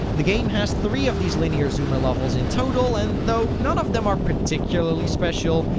the game has three of these linear zoomer levels in total, and though none of them are particularly special,